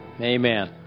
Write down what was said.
Amen